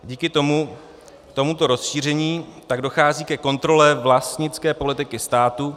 Díky tomuto rozšíření tak dochází ke kontrole vlastnické politiky státu.